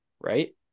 right